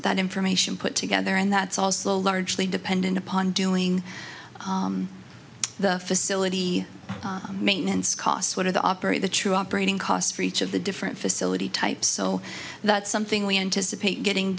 that information put together and that's also largely dependent upon doing the facility maintenance costs what are the operate the true operating cost for each of the different facility types so that's something we anticipate getting